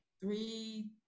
three